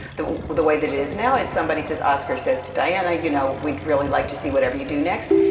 the the way that it is now is, somebody says oskar says to diana, you know, we'd really like to see whatever you do next.